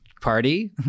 party